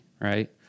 right